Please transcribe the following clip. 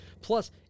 plus